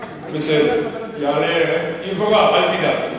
אל תדאג,